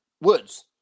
Woods